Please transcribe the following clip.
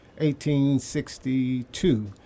1862